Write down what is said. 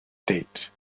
state